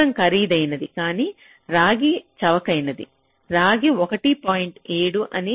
బంగారం ఖరీదైనది కాని రాగి చవకైనది రాగికి 1